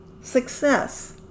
Success